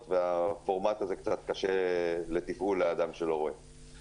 החובה גם עליהם- -- ח"כ מתן כהנא אתה רוצה להשתתף בשלב זה בדיון?